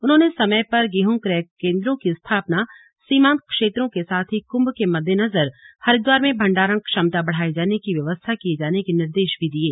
उन्होंने समय पर गेहूं क्रय केन्द्रों की स्थापना सीमान्त क्षेत्रों के साथ ही कुम्भ के मद्देनजर हरिद्वार में भण्डारण क्षमता बढ़ाये जाने की व्यवस्था किये जाने के निर्देश भी दिये